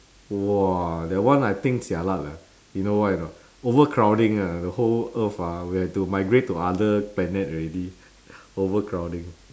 !wah! that one I think jialat leh you know why or not overcrowding ah the whole earth ah we have to migrate to other planet already overcrowding